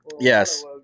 yes